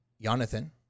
Jonathan